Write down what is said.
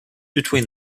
between